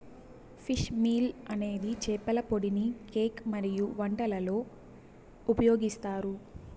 fish meal అనేది చేపల పొడిని కేక్ మరియు వంటలలో ఉపయోగిస్తారు